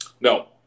No